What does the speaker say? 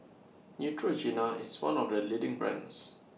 Neutrogena IS one of The leading brands